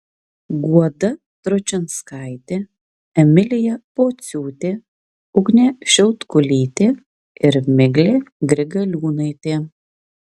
guoda tručinskaitė emilija pociūtė ugnė šiautkulytė ir miglė grigaliūnaitė